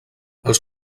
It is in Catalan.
els